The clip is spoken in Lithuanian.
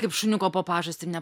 kaip šuniuko po pažastim ne